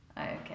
Okay